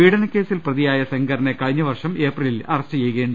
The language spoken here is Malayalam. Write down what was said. പീഢനക്കേസിൽ പ്രതിയായ സെങ്കറിനെ കഴിഞ്ഞ വർഷം ഏപ്രി ലിൽ അറസ്റ്റ് ചെയ്തിരുന്നു